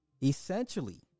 Essentially